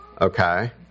Okay